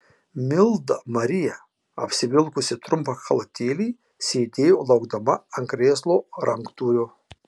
milda marija apsivilkusi trumpą chalatėlį sėdėjo laukdama ant krėslo ranktūrio